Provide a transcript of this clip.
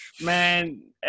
Man